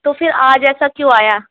تو پھر آج ایسا کیوں آیا